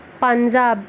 Punjab